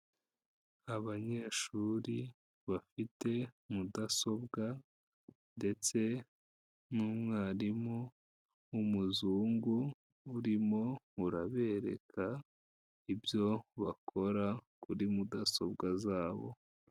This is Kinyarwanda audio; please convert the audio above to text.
Abanyeshuri bafite mudasobwa ndetse n'umwarimu w'umuzungu, urimo urabereka ibyo bakora kuri mudasobwa zabo.